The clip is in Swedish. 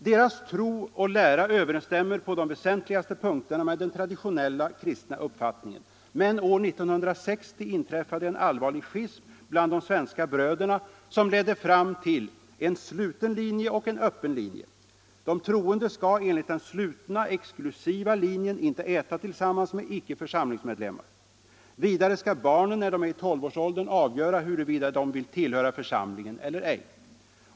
Deras tro och lära överensstämmer på de väsentligaste punkterna med den traditionella kristna uppfattningen. Men år 1960 inträffade en allvarlig schism bland de svenska ”bröderna”, som ledde fram till en ”sluten” linje och en ”öppen” linje. De troende skall enligt den ”slutna” exklusiva linjen inte äta tillsammans med icke-församlingsmedlemmar. Vidare skall barnen, när de är i tolvårsåldern, avgöra huruvida de till tillhöra församlingen eller ej.